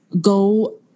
go